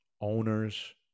owners